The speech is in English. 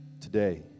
today